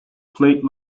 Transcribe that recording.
plate